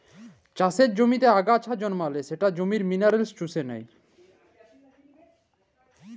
চাষের জমিতে আগাছা জল্মালে সেট জমির মিলারেলস চুষে লেই